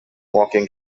walking